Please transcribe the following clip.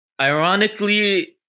ironically